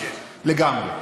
לגמרי,